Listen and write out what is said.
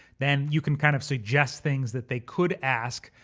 then you can kind of suggest things that they could ask.